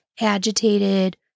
agitated